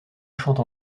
chante